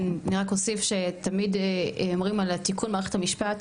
אני רק אוסיף שתמיד אומרים על תיקון מערכת המשפט,